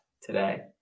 today